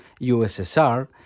USSR